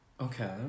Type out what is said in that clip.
okay